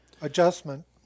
adjustment